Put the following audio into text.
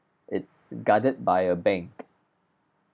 it's guarded by a bank